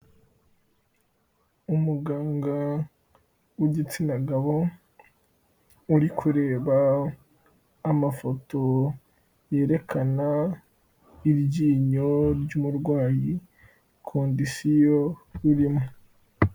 Umuganga w'igitsina gabo, uri kureba amafoto yerekana iryinyo ry'umurwayi kondisiyo ririmo.